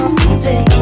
music